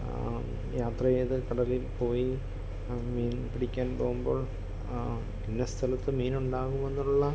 യാത്ര ചെയ്ത് കടലിൽ പോയി മീൻ പിടിക്കാൻ പോകുമ്പോൾ ഇന്ന സ്ഥലത്ത് മീനുണ്ടാകുമെന്നുള്ള